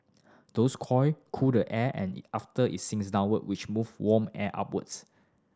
those coil cool the air after it sinks downwards which move warm air upwards